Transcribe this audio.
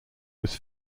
was